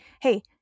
hey